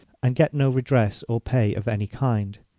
and get no redress or pay of any kind.